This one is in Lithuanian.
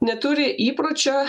neturi įpročio